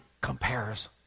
compares